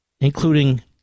including